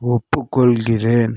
ஒப்புக் கொள்கிறேன்